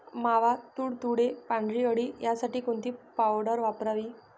मावा, तुडतुडे, पांढरी अळी यासाठी कोणती पावडर वापरावी?